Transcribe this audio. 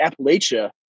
Appalachia